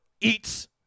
eats